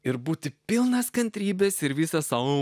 ir būti pilnas kantrybės ir visą savo